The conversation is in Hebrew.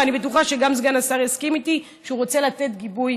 ואני בטוחה שגם סגן השר יסכים איתי שהוא רוצה לתת גיבוי